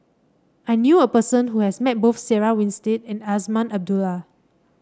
I knew a person who has met both Sarah Winstedt and Azman Abdullah